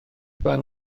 barn